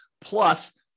plus